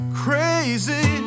crazy